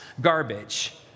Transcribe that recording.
garbage